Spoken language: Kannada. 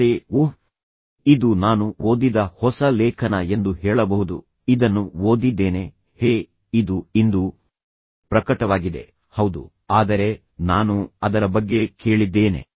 ಅಲ್ಲದೆ ಓಹ್ ಇದು ನಾನು ಓದಿದ ಹೊಸ ಲೇಖನ ಎಂದು ಹೇಳಬಹುದು ಇದನ್ನು ಓದಿದ್ದೇನೆ ಹೇ ಇದು ಇಂದು ಪ್ರಕಟವಾಗಿದೆ ಹೌದು ಆದರೆ ನಾನು ಅದರ ಬಗ್ಗೆ ಕೇಳಿದ್ದೇನೆ